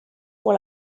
pour